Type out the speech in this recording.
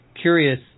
curious